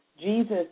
Jesus